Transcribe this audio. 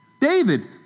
David